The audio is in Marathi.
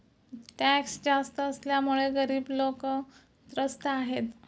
टॅक्स जास्त असल्यामुळे गरीब लोकं त्रस्त आहेत